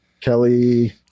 Kelly